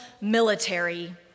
military